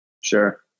Sure